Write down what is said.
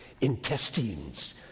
Intestines